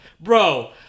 Bro